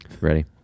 Ready